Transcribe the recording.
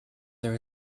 there